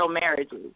marriages